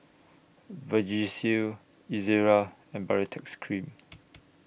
Vagisil Ezerra and Baritex Cream